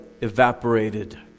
evaporated